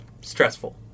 stressful